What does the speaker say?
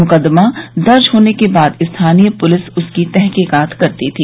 मुकदमा दर्ज होने के बाद स्थानीय पुलिस उसकी तहकीकात करती थी